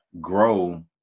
grow